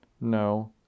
No